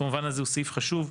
במובן הזה הוא סעיף חשוב,